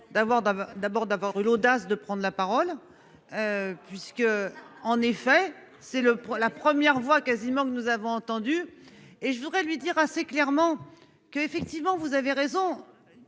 d'avoir d'abord d'avoir eu l'audace de prendre la parole. Puisque, en effet c'est le la première fois quasiment que nous avons entendu et je voudrais lui dire assez clairement que effectivement vous avez raison.